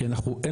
כי רק